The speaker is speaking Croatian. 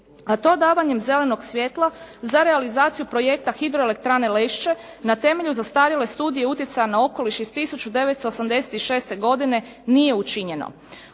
a to davanjem zelenog svjetla za realizaciju projekta Hidroelektrane Lešće na temelju zastarjele studije utjecaja na okoliš iz 1986. godine nije učinjeno.